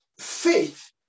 Faith